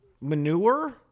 Manure